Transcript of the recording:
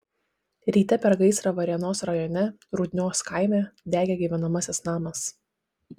ryte per gaisrą varėnos rajone rudnios kaime degė gyvenamasis namas